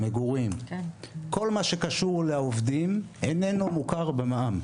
מגורים כל מה שקשור לעובדים איננו מוכר במע"מ.